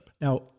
Now